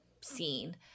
scene